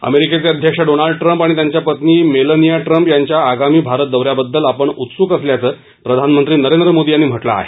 अमेरिकेचे अध्यक्ष Donald Trump आणि त्यांच्या पत्नी मेलनिया ट्रम्प यांच्या आगामी भारत दौ याबद्दल आपण उत्सुक असल्याचं प्रधानमंत्री नरेंद्र मोदी यांनी म्हटलं आहे